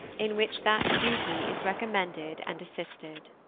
in which that duty is recommended and assisted.